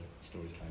stories